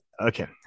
okay